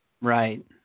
Right